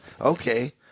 Okay